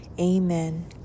Amen